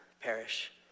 perish